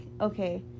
okay